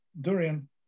Durian